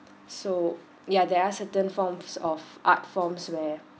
so yeah there are certain forms of art forms where